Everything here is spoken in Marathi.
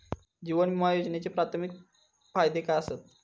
जीवन विमा योजनेचे प्राथमिक फायदे काय आसत?